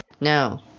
No